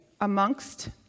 amongst